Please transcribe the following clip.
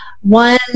one